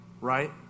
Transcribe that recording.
right